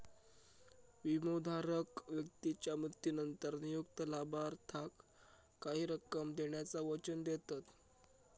विमोधारक व्यक्तीच्या मृत्यूनंतर नियुक्त लाभार्थाक काही रक्कम देण्याचा वचन देतत